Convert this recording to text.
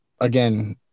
again